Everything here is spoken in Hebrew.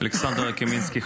אלכסנדר יקימינסקי,